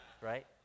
right